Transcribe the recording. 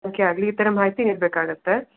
okay ಆಗಲಿ ಈ ಥರ ಮಾಹಿತಿ ನೀಡಬೇಕಾಗತ್ತೆ